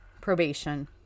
probation